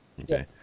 Okay